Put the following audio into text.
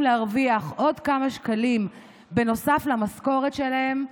להרוויח עוד כמה שקלים נוסף למשכורת שלהם,